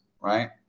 right